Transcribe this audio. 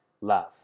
love